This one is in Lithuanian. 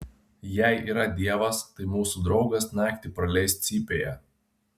jei yra dievas tai mūsų draugas naktį praleis cypėje